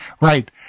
Right